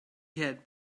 had